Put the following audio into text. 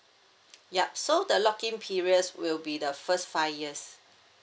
yup so the lock in periods will be the first five years